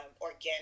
organic